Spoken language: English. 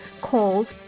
called